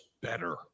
better